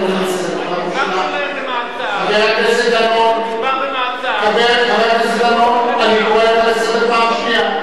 חבר הכנסת דנון, אני קורא אותך לסדר פעם ראשונה.